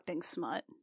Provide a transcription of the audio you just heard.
smut